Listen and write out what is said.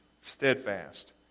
steadfast